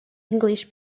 english